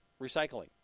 recycling